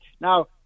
Now